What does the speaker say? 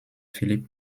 philip